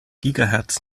gigahertz